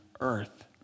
earth